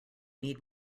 need